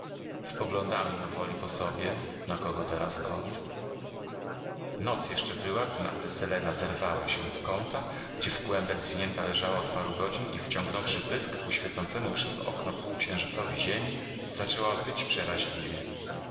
spoglądamy mimowoli po sobie na kogo teraz kolej noc jeszcze była gdy nagle selena zerwała się z kąta gdzie w kłębek zwinięta leżała od paru godzin i wyciągnąwszy pysk ku świecącemu przez okno półksiężycowi ziemi zaczęła wyć przeraźliwie